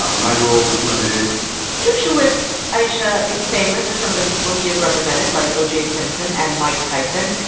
um my role is limited dershowitz, ayesha, is famous for some of the people he has represented, like o j. simpson and mike tyson,